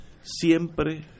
siempre